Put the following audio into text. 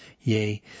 Yea